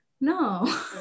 no